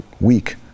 weak